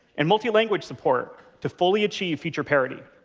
and multi-language support to fully achieve feature parity.